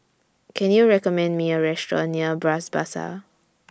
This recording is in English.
Can YOU recommend Me A Restaurant near Bras Basah